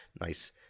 nice